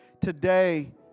today